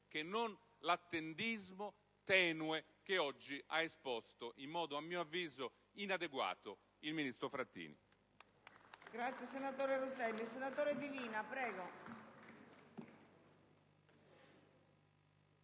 che non l'attendismo tenue che oggi ha esposto in modo, a mio avviso, inadeguato il ministro Frattini.